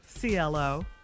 CLO